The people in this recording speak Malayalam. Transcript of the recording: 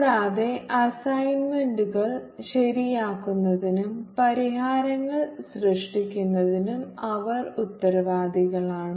കൂടാതെ അസൈൻമെന്റുകൾ ശരിയാക്കുന്നതിനും പരിഹാരങ്ങൾ സൃഷ്ടിക്കുന്നതിനും അവർ ഉത്തരവാദികളാണ്